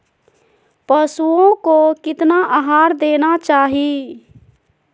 पशुओं को कितना आहार देना चाहि?